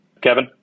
Kevin